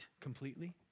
completely